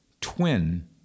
twin